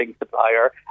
supplier